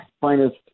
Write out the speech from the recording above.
finest